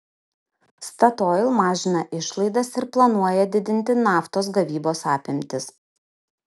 statoil mažina išlaidas ir planuoja didinti naftos gavybos apimtis